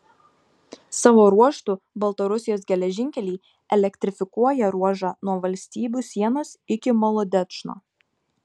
savo ruožtu baltarusijos geležinkeliai elektrifikuoja ruožą nuo valstybių sienos iki molodečno